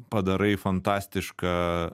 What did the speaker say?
padarai fantastiška